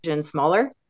smaller